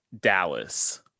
Dallas